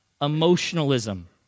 emotionalism